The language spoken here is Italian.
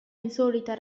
insolita